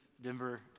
Denver